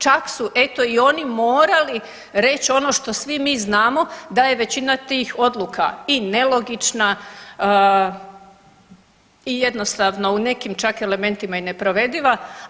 Čak su eto i oni morali reći ono što svi mi znamo da je većina tih odluka i nelogična i jednostavno u nekim čak elementima i neprovediva.